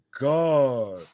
god